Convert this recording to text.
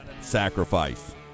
sacrifice